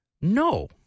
No